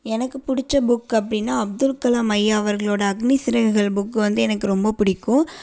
எனக்கு பிடிச்ச புக் அப்படின்னா அப்துல்கலாம் ஐயா அவர்களோடய அக்னி சிறகுகள் புக் வந்து எனக்கு ரொம்ப பிடிக்கும்